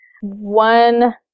One